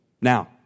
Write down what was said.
Now